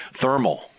thermal